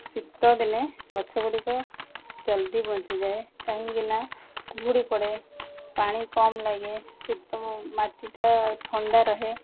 ଶୀତଦିନେ ଗଛଗୁଡ଼ିକ ଜଲ୍ଦି ବଞ୍ଚିଯାଏ କାହିଁକିନା କୁହୁଡ଼ି ପଡ଼େ ପାଣି କମ୍ ଲାଗେ ଶୀତ ମାଟିଟା ଥଣ୍ଡା ରୁହେ